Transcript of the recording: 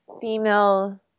female